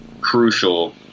crucial